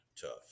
tough